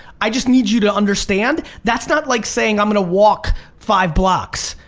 i just need you to understand that's not like saying i'm gonna walk five blocks.